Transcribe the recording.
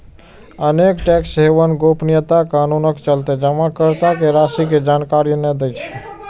अनेक tax haven गोपनीयता कानूनक चलते जमाकर्ता के राशि के जानकारी नै दै छै